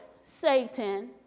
Satan